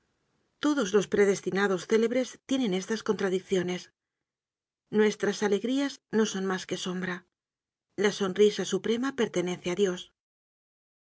todos los predestinados célebres tienen estas contradicciones nuestras alegrías no son mas que sombra la sonrisa suprema pertenece á dios